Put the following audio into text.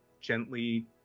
gently